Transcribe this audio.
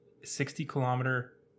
60-kilometer